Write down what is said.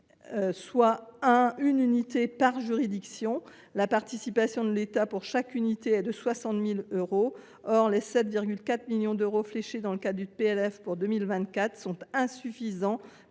d’une Uaped par juridiction. La participation de l’État pour chaque unité est de 60 000 euros. Les 7,4 millions d’euros fléchés dans le cadre du PLF pour 2024 sont donc insuffisants